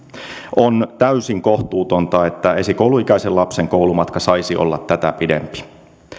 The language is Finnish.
on täysin kohtuutonta että esikouluikäisen lapsen koulumatka saisi olla tätä pidempi